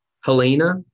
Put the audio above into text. Helena